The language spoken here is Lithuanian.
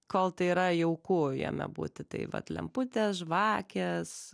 kol tai yra jauku jame būti tai vat lemputės žvakės